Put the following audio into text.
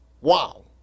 Wow